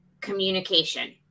communication